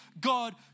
God